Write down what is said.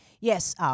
yes